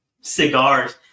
Cigars